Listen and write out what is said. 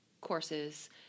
courses